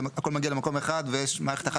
זה הכל מגיע למקום אחד ויש מערכת אחת